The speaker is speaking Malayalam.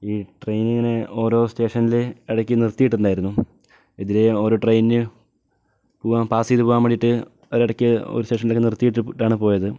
ഈ ട്രൈനിങ്ങനെ ഓരോ സ്റ്റേഷനിലും ഇടക്ക് നിർത്തിയിട്ടുണ്ടായിരുന്നു ഇതിലെ ഓരോ ട്രെയിനും പോകാം പാസ്സ് ചെയ്ത് പോകാൻ വേണ്ടിയിട്ട് ഒരിടക്ക് ഓരോ സ്റ്റേഷനിലിങ്ങനെ നിർത്തിയിട്ടിട്ടാണ് പോയത്